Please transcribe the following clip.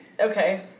Okay